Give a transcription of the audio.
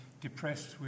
depressed